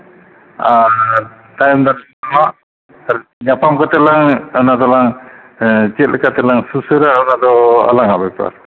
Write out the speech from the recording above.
ᱟᱨ ᱛᱟᱭᱚᱢ ᱫᱟᱨᱟᱢ ᱧᱟᱯᱟᱢ ᱠᱟᱛᱮ ᱞᱟᱝ ᱚᱱᱟ ᱫᱚᱞᱟᱝ ᱪᱮᱫᱞᱮᱠᱟ ᱛᱮᱞᱟᱝ ᱥᱩᱥᱟᱹᱨᱟ ᱚᱱᱟ ᱫᱚ ᱟᱞᱟᱝᱟᱜ ᱵᱮᱯᱟᱨ